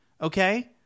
Okay